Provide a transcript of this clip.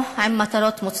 אני מודה לך על העצה.